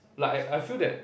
lah I I feel that